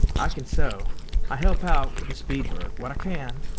i can sew i help out with this beadwork what i can.